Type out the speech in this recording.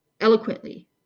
eloquently